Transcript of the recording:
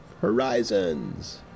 horizons